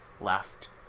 left